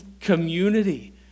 community